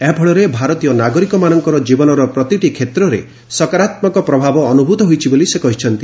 ଏହାଫଳରେ ଭାରତୀୟ ନାଗରିକମାନଙ୍କର କ୍ଜୀବନର ପ୍ରତିଟି କ୍ଷେତ୍ରରେ ସକାରାତ୍ମକ ପ୍ରଭାବ ଅନୁଭୂତ ହୋଇଛି ବୋଲି ସେ କହିଛନ୍ତି